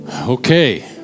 Okay